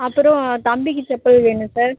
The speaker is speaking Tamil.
அப்புறம் தம்பிக்கு செப்பல் வேணும் சார்